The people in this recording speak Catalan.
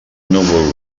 núvol